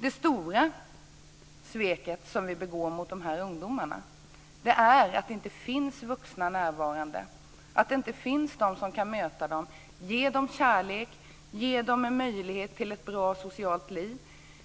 Det stora sveket som vi begår mot de här ungdomarna består i att det inte finns vuxna närvarande, att det inte finns de som kan möta ungdomarna och ge dem kärlek och en möjlighet till ett socialt liv